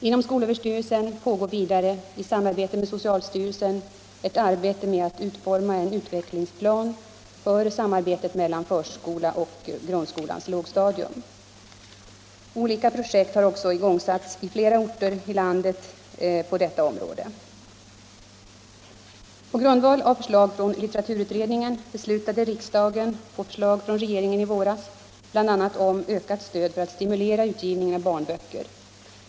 Inom skolöverstyrelsen pågår vidare i samarbete med socialstyrelsen ett arbete med att utforma en utvecklingsplan för samarbetet mellan förskola och grundskolans lågstadium. Olika projekt har också igångsatts i flera orter i landet på detta område. På grundval av förslag från litteraturutredningen beslutade riksdagen på förslag från regeringen i våras bl.a. om ökat stöd för att stimulera utgivningen av barnböcker.